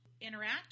interact